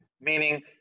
Meaning